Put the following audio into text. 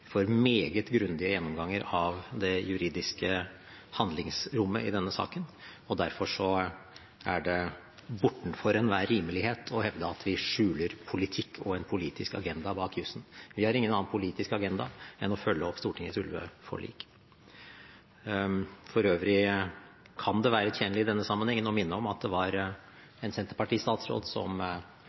meget grundige gjennomganger av det juridiske handlingsrommet i denne saken, og derfor er det bortenfor enhver rimelighet å hevde at vi skjuler politikk og en politisk agenda bak jusen. Vi har ingen annen politisk agenda enn å følge opp Stortingets ulveforlik. For øvrig kan det være tjenlig i denne sammenhengen å minne om at det var en senterpartistatsråd som